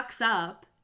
up